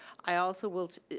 i also will